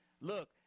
look